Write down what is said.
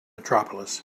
metropolis